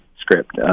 Script